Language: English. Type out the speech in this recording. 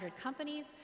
companies